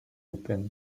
open